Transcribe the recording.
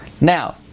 Now